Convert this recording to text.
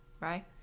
right